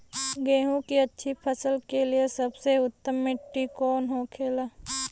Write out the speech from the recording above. गेहूँ की अच्छी फसल के लिए सबसे उत्तम मिट्टी कौन होखे ला?